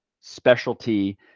specialty